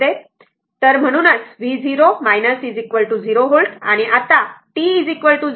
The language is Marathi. तर म्हणूनच v0 0 व्होल्ट आत्ता t 0 वर जेव्हा स्वीच 1 पोझिशन b वर असेल तेव्हा KVL अप्लाय करा